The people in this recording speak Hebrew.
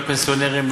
לפנסיונרים,